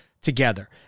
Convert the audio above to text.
together